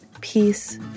peace